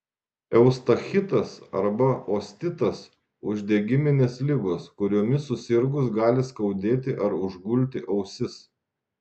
eustachitas arba ostitas uždegiminės ligos kuriomis susirgus gali skaudėti ar užgulti ausis